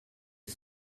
est